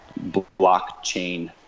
blockchain